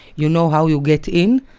you know how you get in,